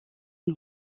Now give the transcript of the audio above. une